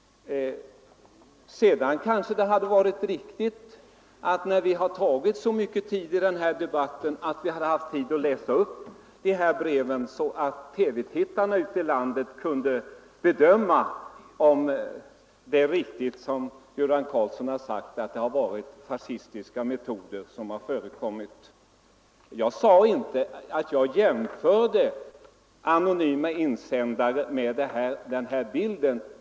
Det kanske hade varit befogat att vi, när vi anslagit så mycket tid till denna debatt, också hade läst upp de här breven, så att TV-tittarna ute i landet kunnat bedöma om det är riktigt som Göran Karlsson sagt, att fascistiska metoder förekommit. Jag sade inte att jag jämförde anonyma insändare med den här bilden.